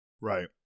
Right